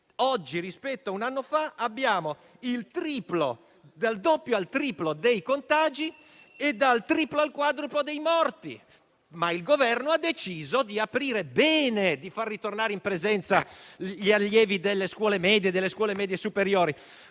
oggi rispetto a un anno fa abbiamo dal doppio al triplo dei contagi e dal triplo al quadruplo di morti, ma il Governo ha deciso bene di far ritornare in presenza gli allievi delle scuole medie e delle